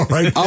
Right